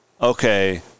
okay